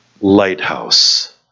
lighthouse